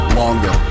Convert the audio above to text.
longer